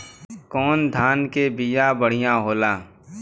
कौन धान के बिया बढ़ियां होला?